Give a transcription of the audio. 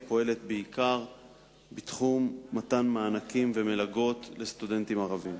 הפועלת בעיקר במתן מענקים ומלגות לסטודנטים ערבים.